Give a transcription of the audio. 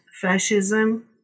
fascism